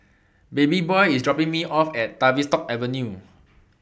Babyboy IS dropping Me off At Tavistock Avenue